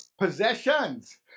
possessions